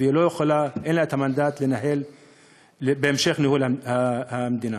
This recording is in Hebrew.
ואין לה המנדט להמשיך את ניהול המדינה.